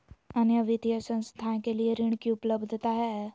अन्य वित्तीय संस्थाएं के लिए ऋण की उपलब्धता है?